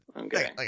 Okay